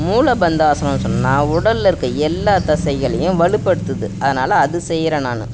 மூலபந்தாசனம் சொன்னால் உடலில் இருக்கற எல்லா தசைகளையும் வலுப்படுத்தது அதனால் அது செய்கிறேன் நான்